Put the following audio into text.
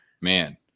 man